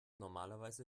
normalerweise